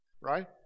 Right